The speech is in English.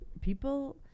people